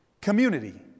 community